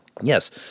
Yes